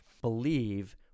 believe